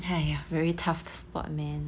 !haiya! very tough spot man